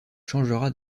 changera